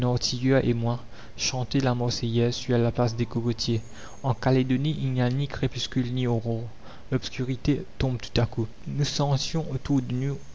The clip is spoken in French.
et moi chanter la marseillaise sur la place des cocotiers en calédonie il n'y a ni crépuscule ni aurore l'obscurité tombe tout à coup nous sentions autour de nous